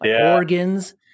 organs